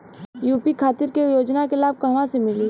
UP खातिर के योजना के लाभ कहवा से मिली?